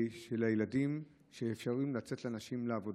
שמאפשרים לנשים לצאת לעבודה.